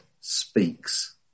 speaks